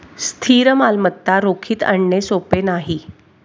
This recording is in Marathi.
स्थिर मालमत्ता रोखीत आणणे सोपे नाही